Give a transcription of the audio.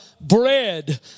bread